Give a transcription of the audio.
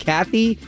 Kathy